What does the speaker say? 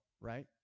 right